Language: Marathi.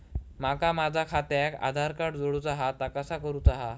माका माझा खात्याक आधार कार्ड जोडूचा हा ता कसा करुचा हा?